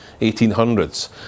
1800s